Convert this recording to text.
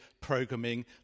programming